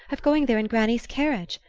of going there in granny's carriage!